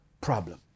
problem